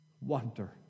Wander